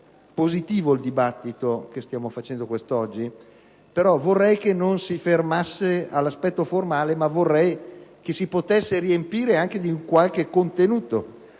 il dibattito che stiamo facendo quest'oggi, ma vorrei che non si fermasse all'aspetto formale e che si potesse riempire di qualche contenuto,